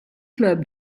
club